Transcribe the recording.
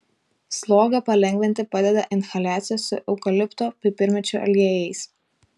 slogą palengvinti padeda inhaliacijos su eukalipto pipirmėčių aliejais